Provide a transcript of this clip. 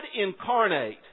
incarnate